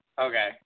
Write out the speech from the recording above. Okay